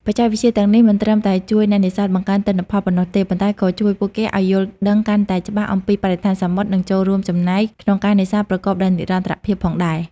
បច្ចេកវិទ្យាទាំងនេះមិនត្រឹមតែជួយអ្នកនេសាទបង្កើនទិន្នផលប៉ុណ្ណោះទេ ប៉ុន្តែក៏ជួយពួកគេឲ្យយល់ដឹងកាន់តែច្បាស់អំពីបរិស្ថានសមុទ្រ និងចូលរួមចំណែកក្នុងការនេសាទប្រកបដោយនិរន្តរភាពផងដែរ។